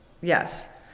yes